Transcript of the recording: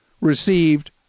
received